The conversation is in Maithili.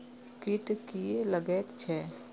कीट किये लगैत छै?